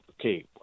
okay